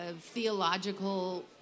theological